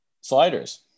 sliders